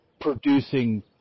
producing